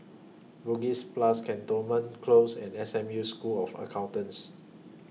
Bugis Plus Cantonment Close and S M U School of Accountants